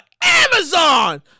Amazon